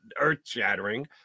earth-shattering